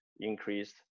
increased